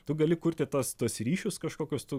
tu gali kurti tuos tuos ryšius kažkokius tu